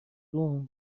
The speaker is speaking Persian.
مردم